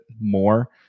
more